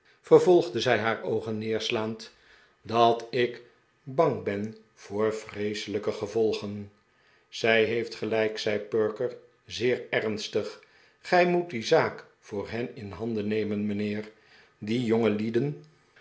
vervolgde zij haar oogen neerslaand dat ik bang ben voor vreeselijke gevolgen zij heeft gelijk zei perker zeer ernstig gij moet die zaak voor hen in handen nemen mijnheer die